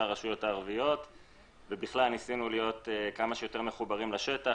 הרשויות הערביות וניסינו להיות כמה שיותר מחוברים לשטח.